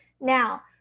Now